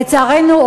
לצערנו,